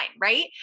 right